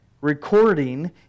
recording